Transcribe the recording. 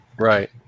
right